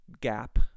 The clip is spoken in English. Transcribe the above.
gap